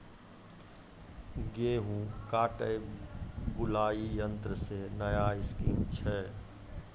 गेहूँ काटे बुलाई यंत्र से नया स्कीम छ?